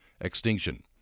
extinction